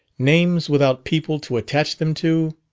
names without people to attach them to.